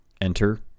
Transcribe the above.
enter